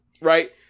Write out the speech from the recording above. Right